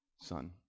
son